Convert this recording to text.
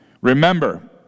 remember